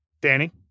Danny